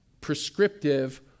prescriptive